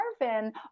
Marvin